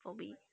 for me